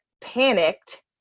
panicked